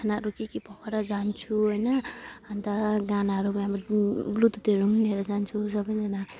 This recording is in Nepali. खानाहरू के के पकाएर जान्छु होइन अनि त गानाहरू ब्लुटुथहरू पनि लिएर जान्छु सबैजना